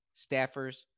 staffers